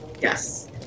Yes